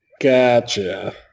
Gotcha